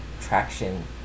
traction